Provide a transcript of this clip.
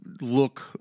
look